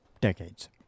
decades